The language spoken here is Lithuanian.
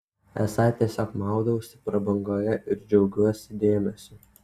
esą tiesiog maudausi prabangoje ir džiaugiuosi dėmesiu